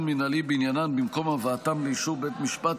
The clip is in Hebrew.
מינהלי בעניינן במקום הבאתן לאישור בית המשפט,